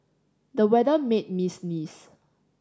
the weather made me sneeze